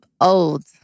old